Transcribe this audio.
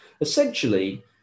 Essentially